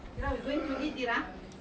thirah we're going to eat thirah